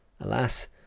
Alas